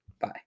Bye